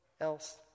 else